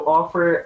offer